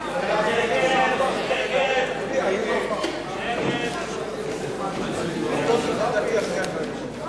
ההצעה להעביר את הצעת חוק גדר